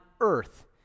earth